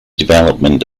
development